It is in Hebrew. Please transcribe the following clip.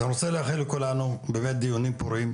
אז אני רוצה לאחל לכולנו באמת דיונים פוריים,